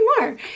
more